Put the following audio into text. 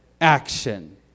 action